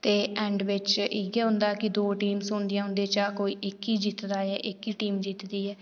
ते एंड बिच इयै होंदा कि दो टीम खेल्लदियां ते उंदे बिच्चा कोई इक्क ई जित्तदा ऐ कोई इक्क गै टीम जित्तदी ऐ